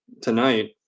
tonight